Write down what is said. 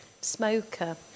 smoker